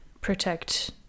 protect